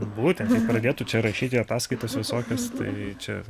būtent jei pradėtų čia rašyti ataskaitas visokias tai čia